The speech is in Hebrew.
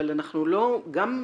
אבל גם בהכשרת